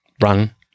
run